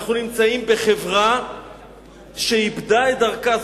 אנחנו נמצאים בחברה שאיבדה את דרכה.